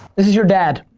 this is your dad?